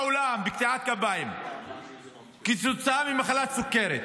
בקטיעת גפיים כתוצאה ממחלת סוכרת,